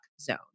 zone